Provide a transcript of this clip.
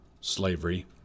slavery